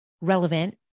relevant